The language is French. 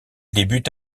débute